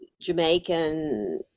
Jamaican